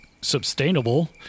sustainable